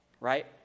right